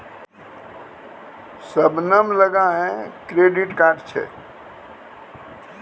शबनम लगां credit card छै